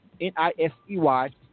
N-I-S-E-Y